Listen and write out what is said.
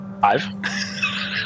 Five